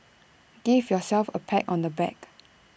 give yourselves A pat on the back